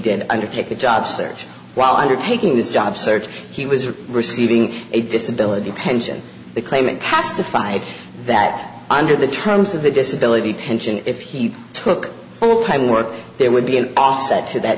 undertake a job search while undertaking this job search he was receiving a disability pension the claimant has defied that under the terms of the disability pension if he took full time work there would be an offset to that